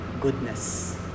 goodness